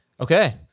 Okay